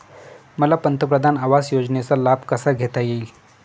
मला पंतप्रधान आवास योजनेचा लाभ कसा घेता येईल?